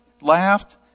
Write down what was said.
laughed